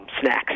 snacks